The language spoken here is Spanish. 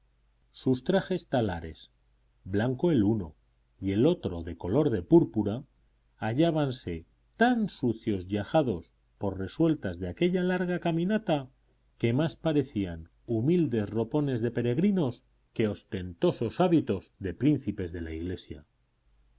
sus trajes talares blanco el uno y el otro de color de púrpura hallábanse tan sucios y ajados por resultas de aquella larga caminata que más parecían humildes ropones de peregrinos que ostentosos hábitos de príncipes de la iglesia